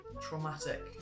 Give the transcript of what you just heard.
traumatic